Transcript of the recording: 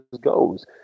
goes